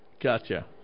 Gotcha